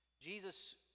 Jesus